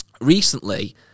recently